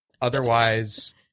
Otherwise